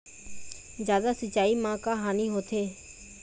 जादा सिचाई म का हानी होथे?